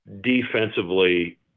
defensively